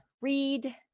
read